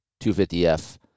250F